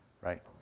right